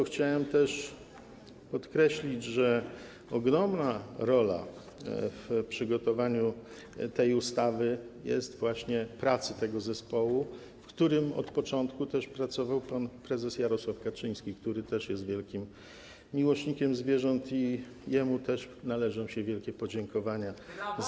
Chciałem podkreślić, że ogromna rola w przygotowaniu tej ustawy jest właśnie pracy tego zespołu, w którym od początku pracował też pan prezes Jarosław Kaczyński, który też jest wielkim miłośnikiem zwierząt, i jemu też należą się wielkie podziękowania za ten projekt.